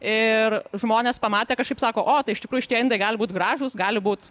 ir žmonės pamatę kažkaip sako o tai iš tikrųjų šitie indai gali būt gražūs gali būt